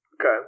Okay